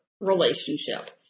relationship